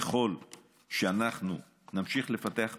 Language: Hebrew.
ככל שאנחנו נמשיך לפתח מענים,